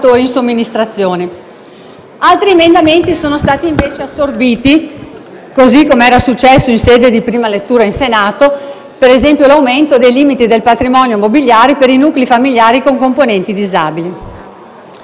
Altri emendamenti sono stati invece assorbiti, così come era successo in sede di prima lettura in Senato, per esempio l'aumento dei limiti del patrimonio immobiliare per i nuclei familiari con componenti disabili.